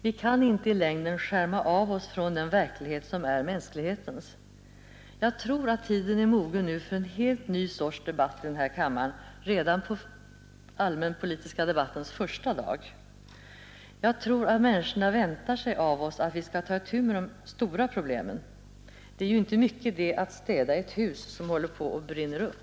Vi kan inte i längden skärma av oss från den verklighet som är mänsklighetens. Jag tror att tiden är mogen nu för en helt ny sorts debatt i den här kammaren, redan på den allmänpolitiska debattens första dag. Jag tror att människorna väntar sig av oss att vi skall ta itu med de stora problemen. Det är ju inte mycket idé att städa i ett hus som håller på att brinna upp.